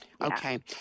Okay